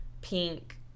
pink